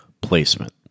placement